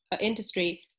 industry